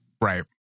Right